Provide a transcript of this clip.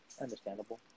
Understandable